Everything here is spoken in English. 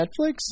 Netflix